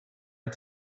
had